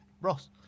Ross